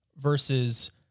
versus